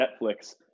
netflix